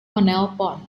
menelpon